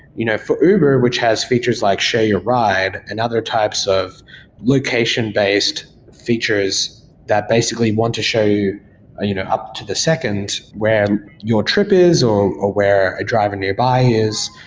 you know for uber, which has features like share your ride and other types of location-based features that basically want to show you know up to the second where your trip is or ah where a driver nearby is.